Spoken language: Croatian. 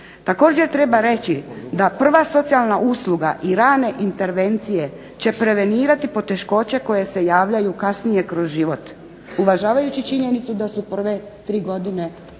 Također treba reći da prva socijalna usluga i rane intervencije će prevenirati poteškoće koje se javljaju kasnije kroz život. Uvažavajući činjenicu da su prve tri godine u